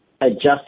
adjust